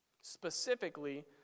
Specifically